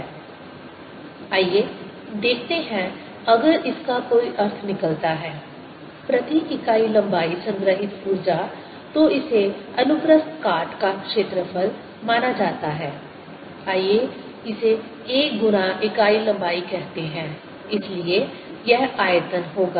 Energy density120B21200nI20n2I22 आइए देखते हैं अगर इसका कोई अर्थ निकलता है प्रति इकाई लंबाई संग्रहीत ऊर्जा तो इसे अनुप्रस्थ काट का क्षेत्रफल माना जाता है आइए इसे a गुणा इकाई लंबाई कहते हैं इसलिए यह आयतन होगा